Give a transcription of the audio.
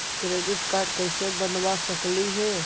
Credit card कैसे बनबा सकली हे?